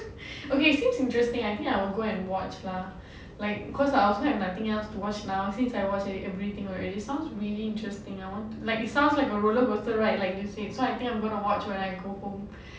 okay it seems interesting I think I will go and watch lah like because I also have nothing else to watch now since I watched everything already sounds really interesting I want to like it sounds like a roller coaster ride like you said so I think I'm gonna watch when I go home